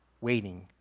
waiting